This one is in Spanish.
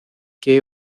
que